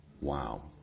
Wow